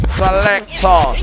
selector